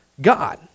God